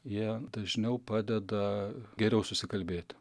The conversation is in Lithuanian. jie dažniau padeda geriau susikalbėt